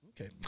Okay